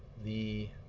the